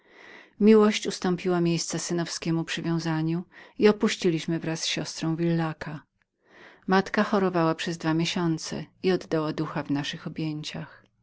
miłość ustąpiła miejsca synowskiemu przywiązaniu i opuściliśmy z moją siostrą villaca matka moja chorowała przez dwa miesiące i oddała ducha w naszych objęciach